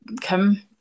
come